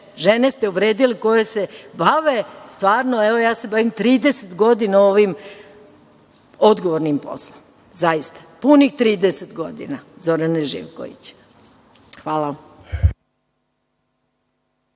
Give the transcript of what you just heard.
Žene ste uvredili koje se bave… Evo, ja se bavim 30 godina ovim odgovornim poslom, zaista, punih 30 godina, Zorane Živkoviću. Hvala.